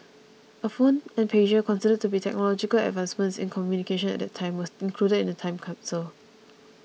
a phone and pager considered to be technological advancements in communication at that time were included in the time capsule